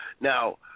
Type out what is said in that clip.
Now